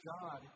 God